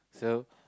so